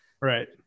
right